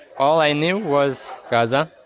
all i knew was gaza,